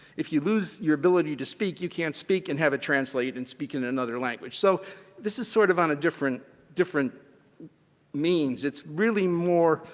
if you lose your ability to speak, you can't speak and have it translate and speak in another language. so this is sort of on a different different means. it's really more,